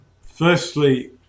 Firstly